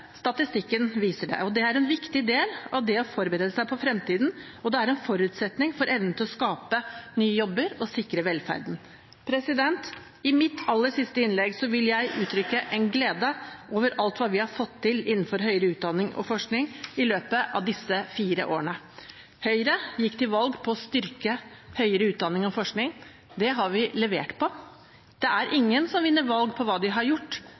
statistikken viser det. Det er en viktig del av det å forberede seg på fremtiden og en forutsetning for evnen til å skape nye jobber og sikre velferden. I mitt aller siste innlegg vil jeg uttrykke glede over alt vi har fått til innenfor høyere utdanning og forskning i løpet av disse fire årene. Høyre gikk til valg på å styrke høyere utdanning og forskning. Det har vi levert på. Det er ingen som vinner valg på hva de har gjort,